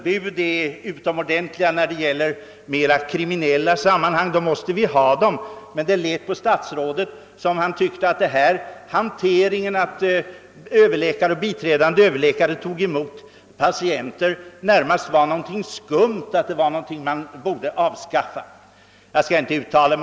Vi måste ha förbud i kriminella sammanhang, och det lät på herr statsrådet som om han tyckte att denna hantering, att överläkare och biträdande överläkare tar emot privata patienter, var någonting skumt, någonting som inte borde tillåtas.